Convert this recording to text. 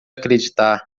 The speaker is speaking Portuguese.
acreditar